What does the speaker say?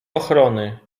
ochrony